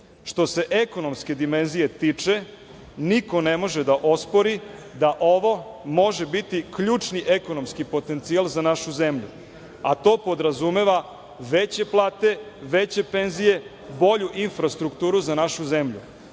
se ekonomske dimenzije tiče, niko ne može da ospori da ovo može biti ključni ekonomski potencijal za našu zemlju, a to podrazumeva veće plate, veće penzije, bolju infrastrukturu za našu zemlju. Pitanje